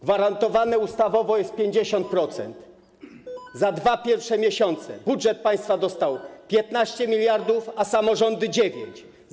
Gwarantowane ustawowo jest 50%, za dwa pierwsze miesiące budżet państwa dostał 15 mld zł, a samorządy - 9 mld zł.